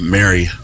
Mary